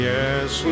Yes